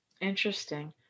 Interesting